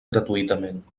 gratuïtament